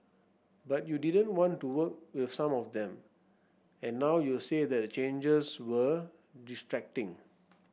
but you didn't want to work with some of them and now you've said that the changes were distracting